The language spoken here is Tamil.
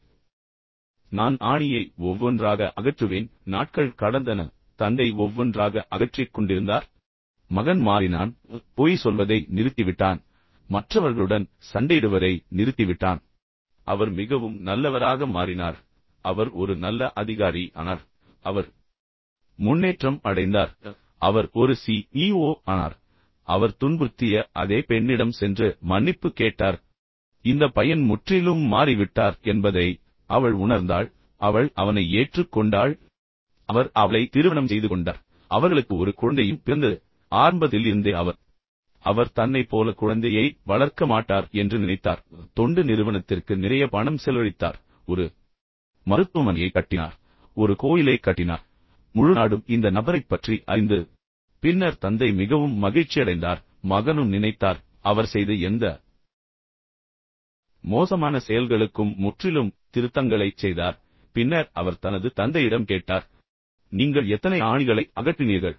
எனவே நான் ஆணியை ஒவ்வொன்றாக அகற்றுவேன் எனவே நாட்கள் கடந்தன தந்தை ஒவ்வொன்றாக அகற்றிக்கொண்டிருந்தார் மகன் மாறினான் பொய் சொல்வதை நிறுத்திவிட்டான் மற்றவர்களுடன் சண்டையிடுவதை நிறுத்திவிட்டான் அவர் மிகவும் நல்லவராக மாறினார் உண்மையில் அவர் மாறினார் அவர் ஒரு நல்ல அதிகாரி ஆனார் பின்னர் அவர் முன்னேற்றம் அடைந்தார் பின்னர் அவர் ஒரு சி ஈ ஓ ஆனார் பின்னர் அவர் துன்புறுத்திய அதே பெண்ணிடம் சென்றார் அவர் மன்னிப்பு கேட்டார் அவளிடம் மன்னிப்பு கேட்டார் எனவே இந்த பையன் முற்றிலும் மாறிவிட்டார் என்பதை அவள் உணர்ந்தாள் அவள் அவனை ஏற்றுக்கொண்டாள் அவர் அவளை திருமணம் செய்து கொண்டார் பின்னர் அவர்களுக்கு ஒரு குழந்தையும் பிறந்தது பின்னர் ஆரம்பத்தில் இருந்தே அவர் இவ்வாறு நினைத்தார் அவர் தன்னைப் போல குழந்தையை வளர்க்க மாட்டார் என்று பின்னர் அவர் தொண்டு நிறுவனத்திற்கு நிறைய பணம் செலவழித்தார் அவர் ஒரு மருத்துவமனையை கட்டினார் அவர் ஒரு கோயிலைக் கட்டினார் பின்னர் முழு நாடும் இந்த நபரைப் பற்றி அறிந்தது பின்னர் தந்தை மிகவும் மகிழ்ச்சியடைந்தார் மகனும் நினைத்தார் அவர் செய்த எந்த மோசமான செயல்களுக்கும் முற்றிலும் திருத்தங்களைச் செய்தார் பின்னர் அவர் தனது தந்தையிடம் கேட்டார் தந்தையே நீங்கள் எத்தனை ஆணிகளை அகற்றினீர்கள்